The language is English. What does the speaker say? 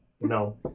no